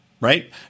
right